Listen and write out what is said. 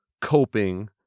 coping